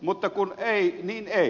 mutta kun ei niin ei